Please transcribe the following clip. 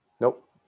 nope